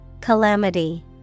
Calamity